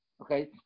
Okay